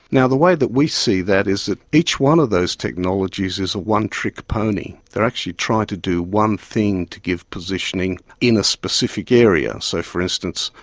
the way that we see that is that each one of those technologies is a one-trick-pony. they're actually trying to do one thing to give positioning in a specific area. so, for instance,